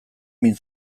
min